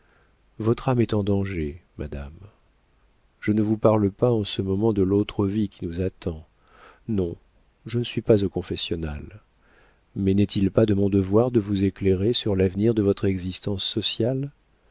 votre âme est en danger madame je ne vous parle pas en ce moment de l'autre vie qui nous attend non je ne suis pas au confessionnal mais n'est-il pas de mon devoir de vous éclairer sur l'avenir de votre existence sociale